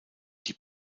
die